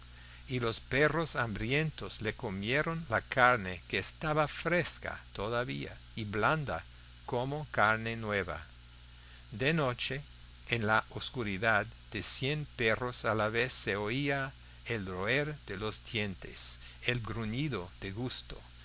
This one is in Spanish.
y los perros hambrientos le comieron la carne que estaba fresca todavía y blanda como carne nueva de noche en la oscuridad de cien perros a la vez se oía el roer de los dientes el gruñido de gusto